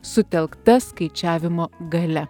sutelkta skaičiavimo galia